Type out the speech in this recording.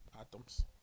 atoms